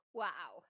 wow